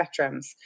spectrums